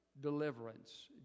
deliverance